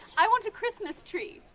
i want a christmas tree.